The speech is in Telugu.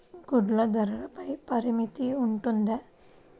గుడ్లు ధరల పై పరిమితి ఉంటుందా?